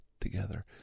together